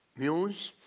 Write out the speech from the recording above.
news,